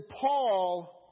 Paul